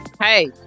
Hey